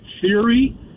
theory